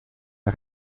hij